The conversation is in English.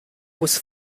was